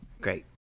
great